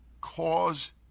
cause